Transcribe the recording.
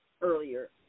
earlier